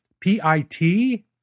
P-I-T